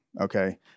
Okay